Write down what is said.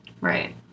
Right